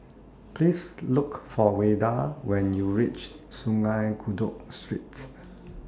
Please Look For Wayde when YOU REACH Sungei Kadut Street